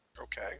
Okay